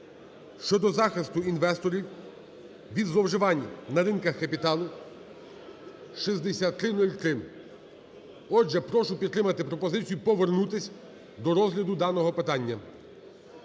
щодо захисту інвесторів від зловживань на ринках капіталу (6303). Отже, прошу підтримати пропозицію повернутись до розгляду даного питання.